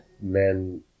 men